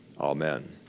amen